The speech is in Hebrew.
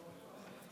חבריי חברי הכנסת,